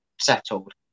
settled